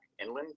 inland